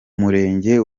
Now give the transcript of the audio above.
murenge